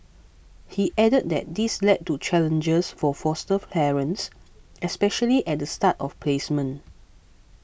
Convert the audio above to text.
he added that this led to challenges for foster parents especially at the start of placement